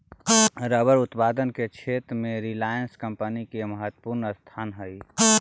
rubber उत्पादन के क्षेत्र में रिलायंस कम्पनी के महत्त्वपूर्ण स्थान हई